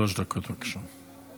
שלוש דקות, בבקשה.